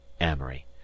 Amory